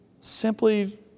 simply